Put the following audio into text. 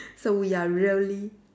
so we are really